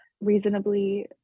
reasonably